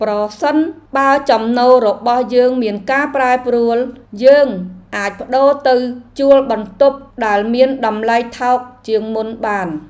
ប្រសិនបើចំណូលរបស់យើងមានការប្រែប្រួល យើងអាចប្តូរទៅជួលបន្ទប់ដែលមានតម្លៃថោកជាងមុនបាន។